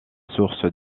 source